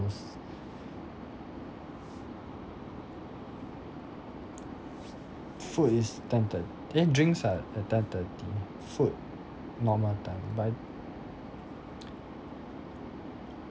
food is ten thir~ eh drinks are at ten thirty food normal time but